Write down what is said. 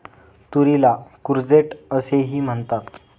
तुरीला कूर्जेट असेही म्हणतात